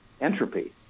entropy